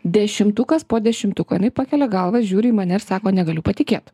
dešimtukas po dešimtuko inai pakelia galvą žiūri į mane ir sako negaliu patikėt